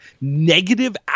negative